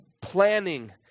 planning